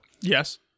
Yes